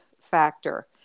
Factor